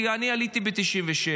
כי אני עליתי ב-1997.